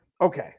okay